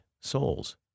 souls